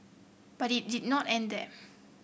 but it did not end there